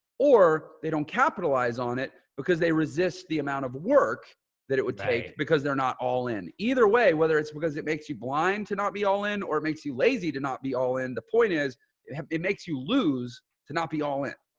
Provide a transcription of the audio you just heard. or they don't capitalize on it because they resist the amount of work that it would take, because they're not all in either way, whether it's because it makes you blind to not be all in, or it makes you lazy to not be all in the point is it makes you lose to not be all in.